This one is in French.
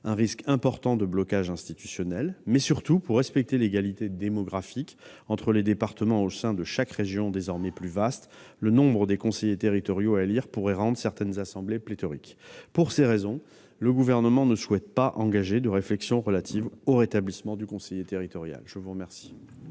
un risque important de blocage institutionnel. Enfin et surtout, pour respecter l'égalité démographique entre les départements au sein de chaque région, désormais plus vaste, le nombre de conseillers territoriaux à élire pourrait rendre certaines assemblées pléthoriques. Pour ces raisons, le Gouvernement ne souhaite pas engager de réflexion relative au rétablissement du conseiller territorial. La parole